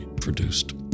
produced